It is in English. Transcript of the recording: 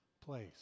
place